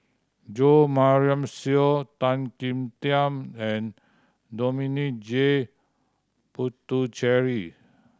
Jo Marion Seow Tan Kim Tian and Dominic J Puthucheary